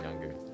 younger